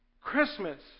Christmas